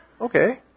Okay